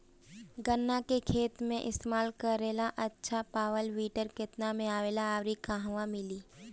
गन्ना के खेत में इस्तेमाल करेला अच्छा पावल वीडर केतना में आवेला अउर कहवा मिली?